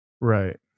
Right